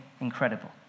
incredible